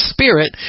Spirit